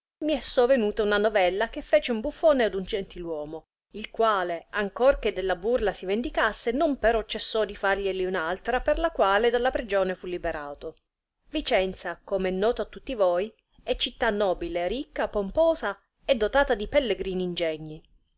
è sovenuta una novella che fece un buffone ad un gentil uomo il quale ancor che della burla si vendicasse non però cessò di farglieli un altra per la quale dalla prigione fu liberato vicenza com è noto a tutti voi è città nobile ricca pomposa e dotata di pellegrini ingegni